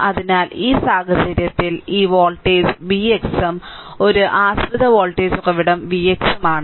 അതിനാൽ ഈ സാഹചര്യത്തിൽ ഈ വോൾട്ടേജ് vx ഉം ഒരു ആശ്രിത വോൾട്ടേജ് ഉറവിടം vx ഉം ആണ്